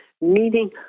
meaning